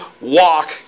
walk